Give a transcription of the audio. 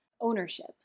ownership